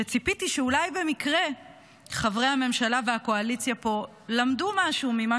שציפיתי שאולי במקרה חברי הממשלה והקואליציה פה למדו משהו ממה